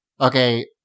Okay